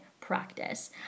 practice